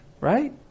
right